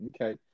Okay